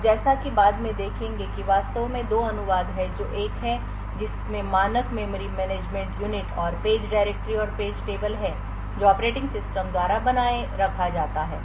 अब जैसा कि बाद में देखेंगे कि वास्तव में दो अनुवाद हैं जो एक हैं जिसमें मानक मेमोरी मैनेजमेंट यूनिट और पेज डायरेक्टरी और पेज टेबल हैं जो ऑपरेटिंग सिस्टम द्वारा बनाए रखा जाता है